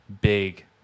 big